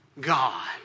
God